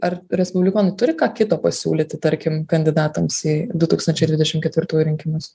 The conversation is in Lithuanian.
ar respublikonai turi ką kito pasiūlyti tarkim kandidatams į du tūkstančiai dvidešim ketvirtųjų rinkimus